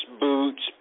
boots